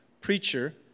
preacher